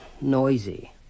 noisy